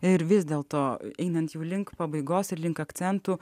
ir vis dėlto einant jų link pabaigos link akcentų